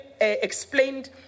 explained